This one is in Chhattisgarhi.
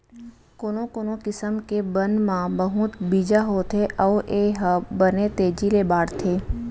कोनो कोनो किसम के बन म बहुत बीजा होथे अउ ए ह बने तेजी ले बाढ़थे